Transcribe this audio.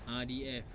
ah D E F